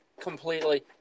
completely